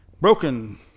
Broken